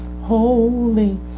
holy